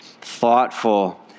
thoughtful